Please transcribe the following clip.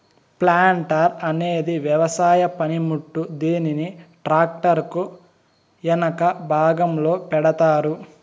planter అనేది వ్యవసాయ పనిముట్టు, దీనిని ట్రాక్టర్ కు ఎనక భాగంలో పెడతారు